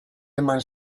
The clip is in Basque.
eman